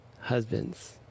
husbands